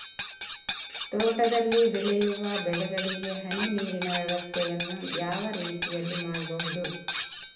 ತೋಟದಲ್ಲಿ ಬೆಳೆಯುವ ಬೆಳೆಗಳಿಗೆ ಹನಿ ನೀರಿನ ವ್ಯವಸ್ಥೆಯನ್ನು ಯಾವ ರೀತಿಯಲ್ಲಿ ಮಾಡ್ಬಹುದು?